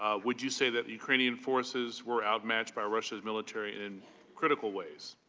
ah would you say the ukrainian forces were outmatched by russia's military in critical ways?